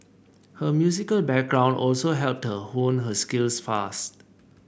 her musical background also helped her hone her skills fast